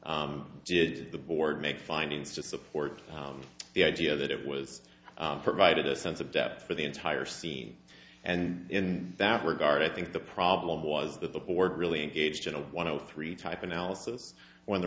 did the board make findings to support the idea that it was provided a sense of depth for the entire scene and in that regard i think the problem was that the board really engaged in a one of three type analysis when the